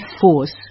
force